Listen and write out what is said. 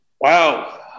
Wow